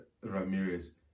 Ramirez